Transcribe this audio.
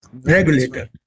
regulator